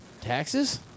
Taxes